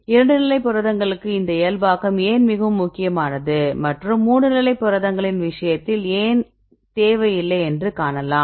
2 நிலை புரதங்களுக்கு இந்த இயல்பாக்கம் ஏன் மிகவும் முக்கியமானது மற்றும் 3 நிலை புரதங்களின் விஷயத்தில் ஏன் தேவை இல்லை என்று காணலாம்